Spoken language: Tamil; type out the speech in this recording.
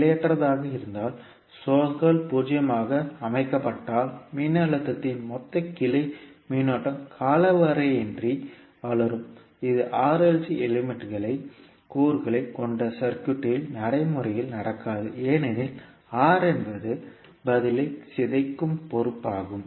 நிலையற்றதாக இருந்தால் சோர்ஸ்கள் பூஜ்ஜியமாக அமைக்கப்பட்டால் மின்னழுத்தத்தின் மொத்த கிளை மின்னோட்டம் காலவரையின்றி வளரும் இது RLC எலிமெண்ட்களை கூறுகளைக் கொண்ட சர்க்யூட்களில் நடைமுறையில் நடக்காது ஏனெனில் R என்பது பதிலைக் சிதைக்கும் பொறுப்பாகும்